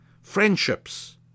friendships